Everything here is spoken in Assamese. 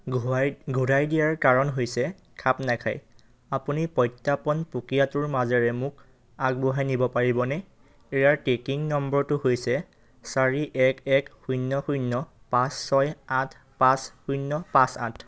ঘূৰাই দিয়াৰ কাৰণ হৈছে খাপ নাখায় আপুনি প্ৰত্য়াপণ প্ৰক্ৰিয়াটোৰ মাজেৰে মোক আগবঢ়াই নিব পাৰিবনে ইয়াৰ ট্ৰেকিং নম্বৰটো হৈছে চাৰি এক এক শূন্য শূন্য পাঁচ ছয় আঠ পাঁচ শূন্য পাঁচ আঠ